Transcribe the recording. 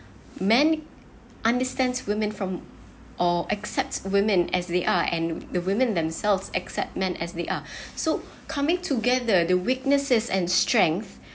man understands woman from or accept woman as they are and the women themselves accept man as they are so coming together the weaknesses and strengths